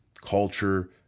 culture